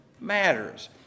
matters